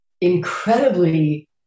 incredibly